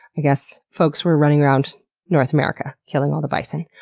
i guess, folks were running around north america killing all the bison.